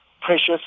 precious